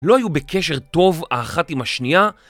לא היו בקשר טוב האחת עם השנייה?